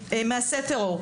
עם מעשי טרור,